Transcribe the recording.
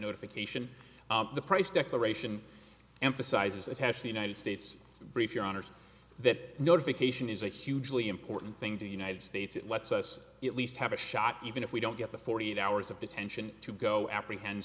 notification the price declaration emphasizes attach the united states brief your honour's that notification is a hugely important thing to the united states it lets us at least have a shot even if we don't get the forty eight hours of detention to go apprehen